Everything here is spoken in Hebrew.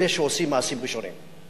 אלה שעושים מעשים ראשונים.